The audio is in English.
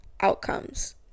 outcomes